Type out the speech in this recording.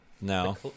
No